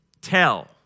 tell